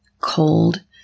cold